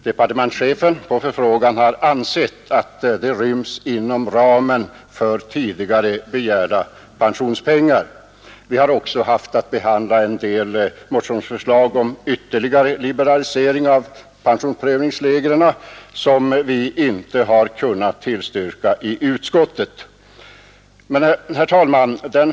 Departementschefen har nämligen vid förfrågan sagt, att han anser att det ryms inom ramen för tidigare begärda pensionspengar. Vi har i utskottet också haft att behandla en del motionsförslag om ytterligare liberalisering av pensionsprövningsreglerna, men de förslagen har vi inte ansett oss kunna tillstyrka. Herr talman!